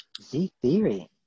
Z-theory